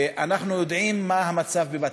ואנחנו יודעים מה המצב בבתי-הכלא: